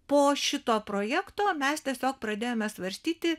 po šito projekto mes tiesiog pradėjome svarstyti